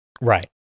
Right